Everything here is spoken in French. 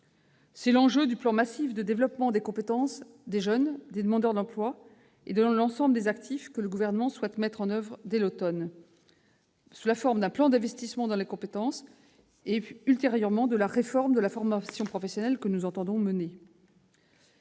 C'est l'enjeu majeur du plan massif de développement des compétences des jeunes, des demandeurs d'emploi et de l'ensemble des actifs que le Gouvernement souhaite mettre en oeuvre dès cet automne sous la forme d'un plan d'investissement dans les compétences et, ultérieurement, de la réforme de la formation professionnelle que nous entendons mener.